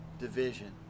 division